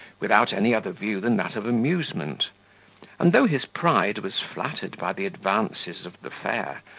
without any other view than that of amusement and though his pride was flattered by the advances of the fair,